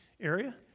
area